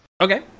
Okay